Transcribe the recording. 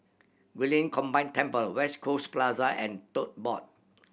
Guilin Combined Temple West Coast Plaza and Tote Board